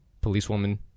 policewoman